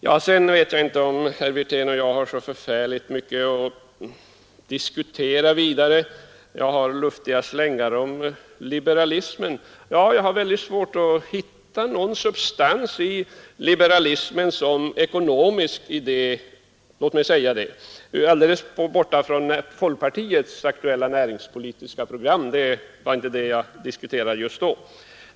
I övrigt vet jag inte om herr Wirtén och jag har mycket mer att diskutera. Vad beträffar uttrycket ”slängar om den luftiga liberalismen” vill jag säga att jag har svårt att hitta någon ekonomisk substans i liberalismen, alldeles bortsett från folkpartiets näringspolitiska program; men det var inte detta jag diskuterade just då.